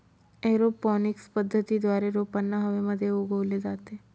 aeroponics पद्धतीद्वारे रोपांना हवेमध्ये उगवले जाते